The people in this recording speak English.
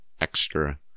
extra